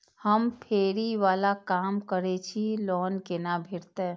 हम फैरी बाला काम करै छी लोन कैना भेटते?